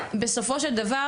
שבסופו של דבר,